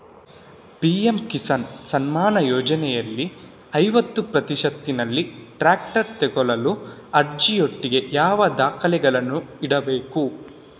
PM Kisan Samman ಯೋಜನೆಯಲ್ಲಿ ಐವತ್ತು ಪ್ರತಿಶತನಲ್ಲಿ ಟ್ರ್ಯಾಕ್ಟರ್ ತೆಕೊಳ್ಳಲು ಅರ್ಜಿಯೊಟ್ಟಿಗೆ ಯಾವ ದಾಖಲೆಗಳನ್ನು ಇಡ್ಬೇಕು?